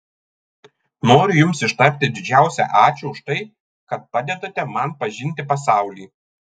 noriu jums ištarti didžiausią ačiū už tai kad padedate man pažinti pasaulį